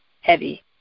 Heavy